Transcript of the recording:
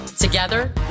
Together